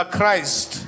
Christ